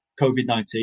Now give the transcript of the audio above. COVID-19